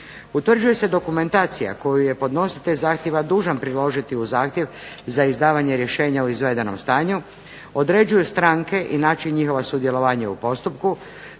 Utvrđuje se dokumentacija koju je podnositelj zahtjeva dužan priložiti u zahtjev za izdavanje rješenje o izvedenom stanju, određuju stranke i način njihova sudjelovanja u postupku,